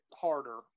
harder